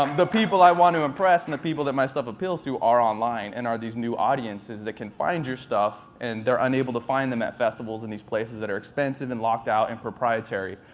um the people i want to impress and the people that my stuff appeals to are online and are these new audiences that can find your stuff. they're unable to find them at festivals and these places that are expensive and locked out and proprietary.